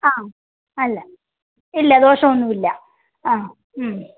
ആ അല്ല ഇല്ല ദോഷമൊന്നും ഇല്ല ഉം